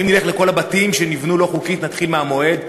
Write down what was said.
האם נלך לכל הבתים שנבנו לא חוקית, נתחיל מהמועד?